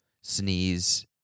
sneeze